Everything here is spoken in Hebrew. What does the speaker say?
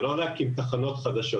זה לא להקים תחנות חדשות,